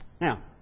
Now